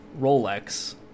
rolex